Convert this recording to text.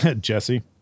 Jesse